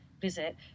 visit